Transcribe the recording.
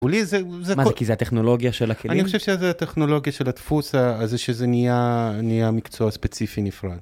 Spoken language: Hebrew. מה זה, כי זה הטכנולוגיה של הכלים? אני חושב שזה הטכנולוגיה של הדפוס ה... הזה שזה נהיה, נהיה מקצוע ספציפי נפרד.